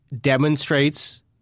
demonstrates